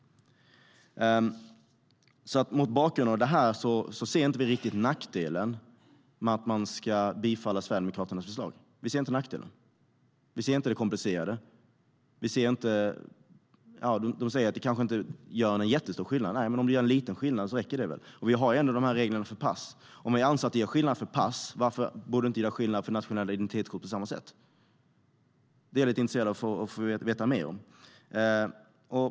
Mot bakgrund av det här ser vi inte nackdelen med att bifalla Sverigedemokraternas förslag. Vi ser inte det komplicerade. De säger att det kanske inte gör någon jättestor skillnad. Nej, men om det gör en liten skillnad räcker väl det. Vi har ändå de här reglerna för pass. Om man anser att det gör skillnad för pass, varför skulle det inte göra skillnad för nationella identitetskort på samma sätt? Det är jag intresserad av att få veta mer om.